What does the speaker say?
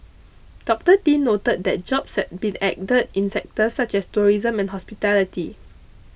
Dr Tin noted that jobs had been added in sectors such as tourism and hospitality